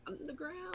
underground